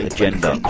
Agenda